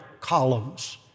columns